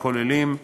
הכוללים,